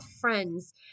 friends